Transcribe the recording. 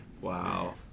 Wow